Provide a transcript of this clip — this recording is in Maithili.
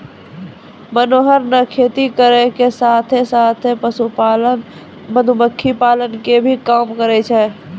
मनोहर नॅ खेती करै के साथॅ साथॅ, पशुपालन, मधुमक्खी पालन के भी काम करै छै